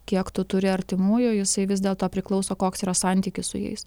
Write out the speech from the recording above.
kiek tu turi artimųjų jisai vis dėlto priklauso koks yra santykis su jais